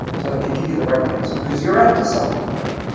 so i can give you the right answer. because you're after something here.